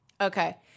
Okay